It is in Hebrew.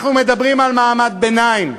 אנחנו מדברים על מעמד ביניים,